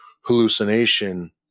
hallucination